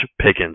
Pickens